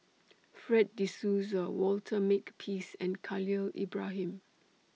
Fred De Souza Walter Makepeace and Khalil Ibrahim